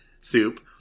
soup